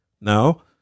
Now